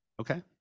okay